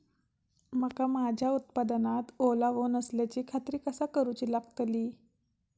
मका माझ्या उत्पादनात ओलावो नसल्याची खात्री कसा करुची लागतली?